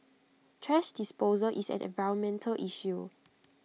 thrash disposal is an environmental issue